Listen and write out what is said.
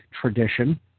tradition